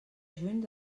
juny